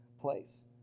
place